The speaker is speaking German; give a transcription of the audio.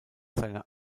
seiner